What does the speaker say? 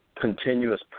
continuous